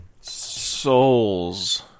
Souls